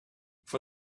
for